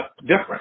different